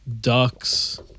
Ducks